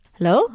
Hello